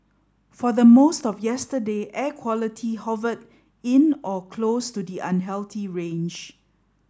for the most of yesterday air quality hovered in or close to the unhealthy range